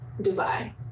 Dubai